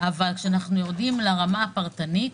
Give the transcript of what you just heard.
אבל כשאנחנו יורדים לרמה הפרטנית,